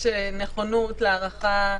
יש נכונות להארכה,